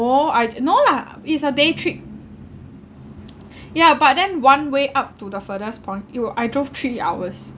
no I no lah is a day trip yeah but then one way up to the furthest point yo I drove three hours